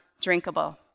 drinkable